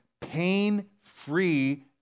pain-free